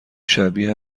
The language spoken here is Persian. شبیه